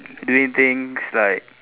doing things like